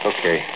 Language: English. Okay